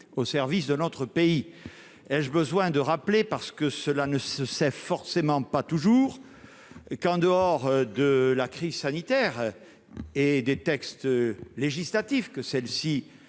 au service de notre pays, ai-je besoin de rappeler parce que cela ne se sait forcément pas toujours, et qu'en dehors de la crise sanitaire et des textes législatifs que celle-ci